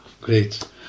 Great